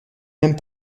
même